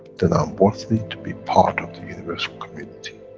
then i'm worthy to be part of the universal community.